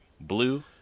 Blue